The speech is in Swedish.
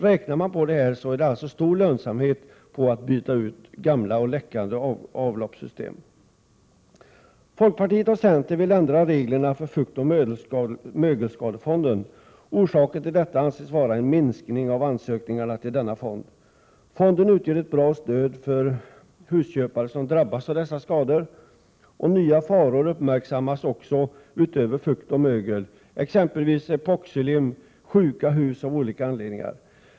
Räknar man på det hela finner man att det är mycket lönsamt att byta ut gamla och läckande avloppssystem. Folkpartiet och centern vill ändra reglerna för fuktoch mögelskadefonden. Orsaken till detta anses vara en minskning av ansökningarna till denna fond. Fonden utgör ett bra stöd för husköpare som drabbats av dessa skador. Nya faror uppmärksammas också utöver fukt och mögel, exempelvis epoxylim, och hus som är sjuka av olika anledningar.